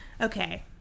Okay